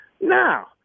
now